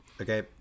Okay